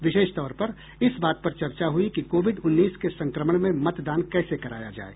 विशेष तौर पर इस बात पर चर्चा हुई कि कोविड उन्नीस के संक्रमण में मतदान कैसे कराया जाये